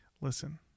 listen